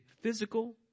physical